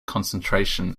concentration